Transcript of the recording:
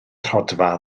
rhodfa